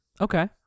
okay